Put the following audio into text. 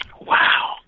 Wow